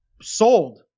sold